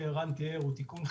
כפי שתיאר ערן, הוא חלקי.